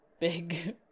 big